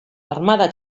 armada